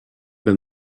been